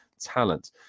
talent